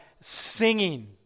singing